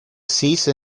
cease